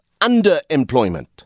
underemployment